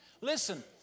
Listen